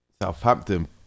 Southampton